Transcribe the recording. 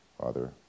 Father